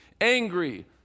angry